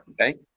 okay